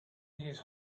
his